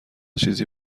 چیزی